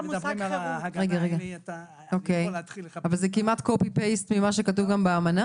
זה כמעט copy-paste ממה שכתוב גם באמנה?